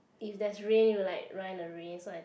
if there's rain we will like run in the rain so I